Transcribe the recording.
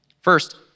First